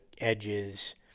edges